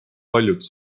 paljud